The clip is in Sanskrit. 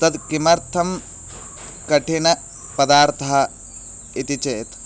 तद् किमर्थं कठिनपदार्थः इति चेत्